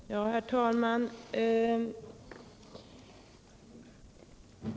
musikområdet Herr talman!